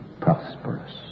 prosperous